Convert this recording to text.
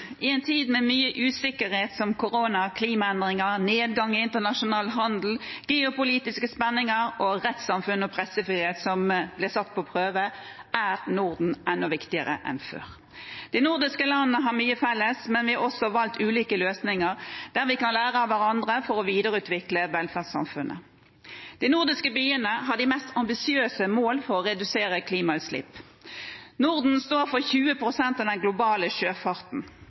internasjonal handel, geopolitiske spenninger, og der rettssamfunn og pressefrihet blir satt på prøve, er Norden enda viktigere enn før. De nordiske landene har mye felles, men vi har også valgt ulike løsninger der vi kan lære av hverandre for å videreutvikle velferdssamfunnet. De nordiske byene har de mest ambisiøse mål for å redusere klimautslipp. Norden står for 20 pst. av den globale sjøfarten.